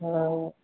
हॅं